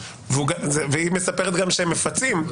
והיא מספרת גם שהם מפצים.